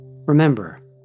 remember